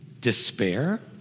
despair